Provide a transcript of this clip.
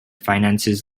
finances